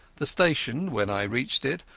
the station, when i reached it,